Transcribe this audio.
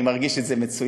אני מרגיש את זה מצוין.